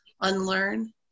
unlearn